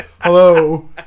hello